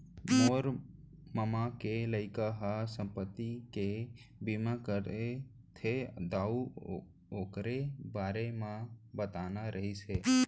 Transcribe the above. मोर ममा के लइका ह संपत्ति के बीमा करथे दाऊ,, ओकरे बारे म बताना रहिस हे